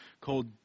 called